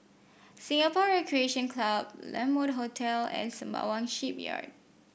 Singapore Recreation Club La Mode Hotel and Sembawang Shipyard